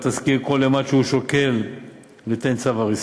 תסקיר כל אימת שהוא שוקל ליתן צו הריסה,